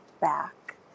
back